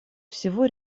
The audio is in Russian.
всего